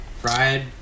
Fried